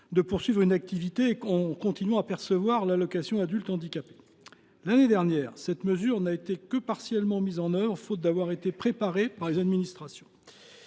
de poursuivre une activité tout en continuant à percevoir l’allocation. L’année dernière, cette mesure n’a été que partiellement mise en œuvre, faute d’avoir été préparée par les administrations.